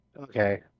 Okay